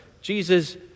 Jesus